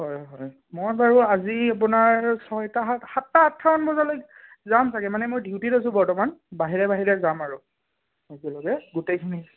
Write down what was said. হয় হয় মই বাৰু আজি আপোনাৰ ছয়টা সাতটা আঠটা মান বজালৈ যাম চাগে মানে মই ডিউটিত আছোঁ বৰ্তমান বাহিৰে বাহিৰে যাম আৰু একেলগে গোটেইখিনি